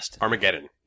Armageddon